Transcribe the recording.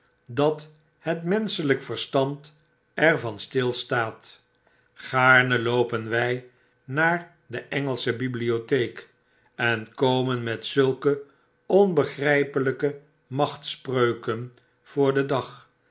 dat het menschelijk verstand er van stilstaat gaarne loopen zij nar de engelsche bibliotheek en komen met zulke onbegrijpelijke machtspreuken voor den dag